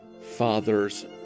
father's